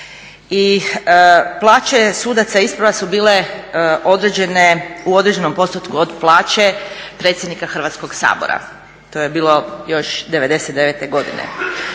i plaće sudaca isprva su bile određene u određenom postotku od plaće predsjednika Hrvatskoga sabora. To je bilo još '99-te godine.